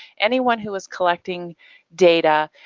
anyone who is collecting data,